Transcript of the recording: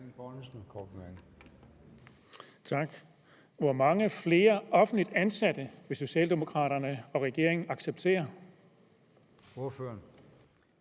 Hvor mange flere offentligt ansatte vil Socialdemokraterne og regeringen acceptere?